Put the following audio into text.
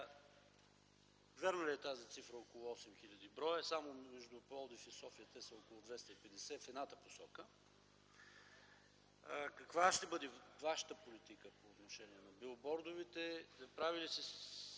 вярна ли е тази цифра – около 8000 бр.? Само между Пловдив и София те са около 250 в едната посока. Каква ще бъде вашата политика по отношение на билбордовете.